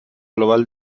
global